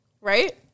Right